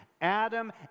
Adam